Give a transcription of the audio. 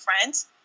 friends